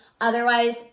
otherwise